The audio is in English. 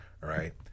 right